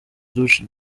duce